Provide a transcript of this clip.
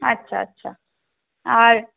আচ্ছা আচ্ছা আর